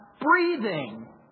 breathing